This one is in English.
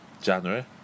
January